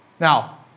Now